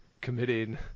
committing